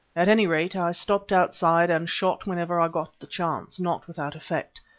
at any rate, i stopped outside and shot whenever i got the chance, not without effect,